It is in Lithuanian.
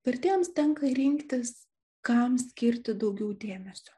vertėjams tenka rinktis kam skirti daugiau dėmesio